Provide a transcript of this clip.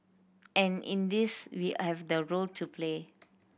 and in this we have the role to play